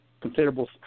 considerable